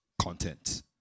content